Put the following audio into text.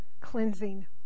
cleansing